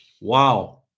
Wow